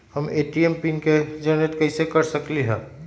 हम ए.टी.एम के PIN generate कईसे कर सकली ह?